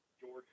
George